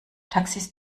taxis